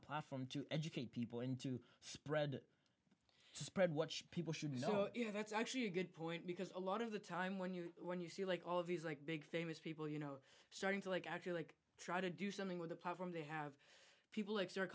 platform to educate people and to spread spread what people should know you know that's actually a good point because a lot of the time when you when you see like all of these like big famous people you know starting to like actually like try to do something with a problem they have people like sar